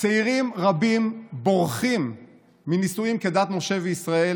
צעירים רבים בורחים מנישואין כדת משה וישראל